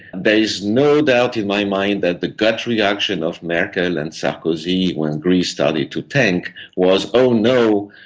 there is no doubt in my mind that the gut reaction of merkel and sarkozy when greece started to tank was, oh no,